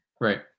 Right